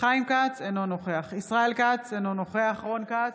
חיים כץ, אינו נוכח ישראל כץ, אינו נוכח רון כץ,